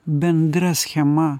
bendra schema